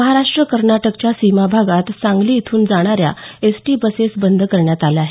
महाराष्ट्र कर्नाटकच्या सीमाभागात सांगली इथून जाणाऱ्या एसटी बसेस बंद करण्यात आल्या आहेत